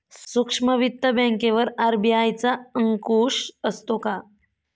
सूक्ष्म वित्त बँकेवर आर.बी.आय चा अंकुश असतो का?